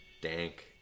dank